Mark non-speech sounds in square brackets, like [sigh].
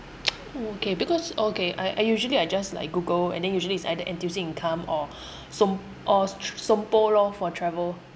[noise] oh okay because okay I I usually I just like google and then usually it's either N_T_U_C income or som~ or sompo lor for travel